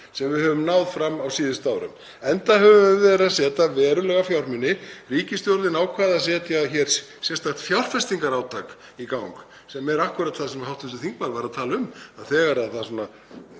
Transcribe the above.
sem við höfum náð á síðustu árum, enda höfum við verið að setja í það verulega fjármuni. Ríkisstjórnin ákvað að setja hér sérstakt fjárfestingarátak í gang, sem er akkúrat það sem hv. þingmaður var að tala um, að þegar kreppti